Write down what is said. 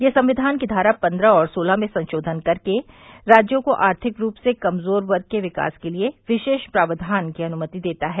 यह संविधान की धारा पन्द्रह और सोलह में संशोधन करके राज्यों को आर्थिक रूप से कमज़ोर वर्ग के विकास के लिए विशेष प्राव्धान की अनुमति देता है